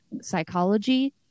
psychology